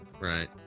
Right